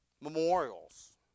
memorials